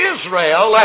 Israel